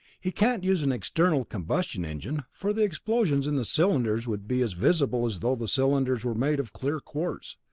he can't use an internal combustion engine, for the explosions in the cylinders would be as visible as though the cylinders were made of clear quartz.